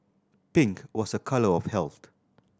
pink was a colour of health